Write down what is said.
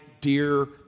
dear